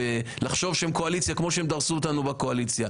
לחשוב שהם קואליציה כמו שהם דרסו אותנו בקואליציה.